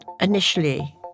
initially